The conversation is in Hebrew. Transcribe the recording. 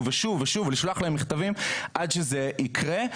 ושוב ולשלוח להם מכתבים עד שזה יקרה.